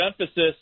emphasis